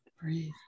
breathe